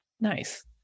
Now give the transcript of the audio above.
Nice